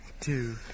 two